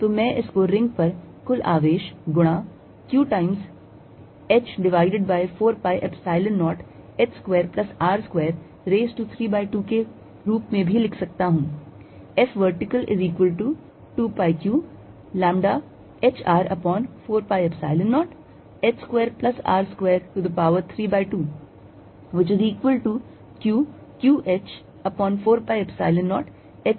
तो मैं इसको रिंग पर कुल आवेश गुणा Q times h divided by 4 pi Epsilon 0 h square plus R square raise to 3 by 2 के रूप में भी लिख सकता हूं